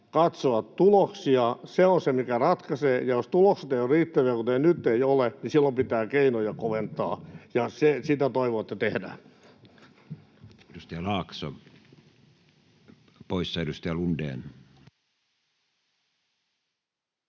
katsoa tuloksia. Se on se, mikä ratkaisee, ja jos tulokset eivät ole riittäviä, kuten nyt eivät ole, silloin pitää keinoja koventaa. Sitä toivon, että tehdään. [Speech 148] Speaker: Matti Vanhanen